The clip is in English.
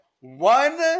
one